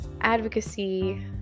advocacy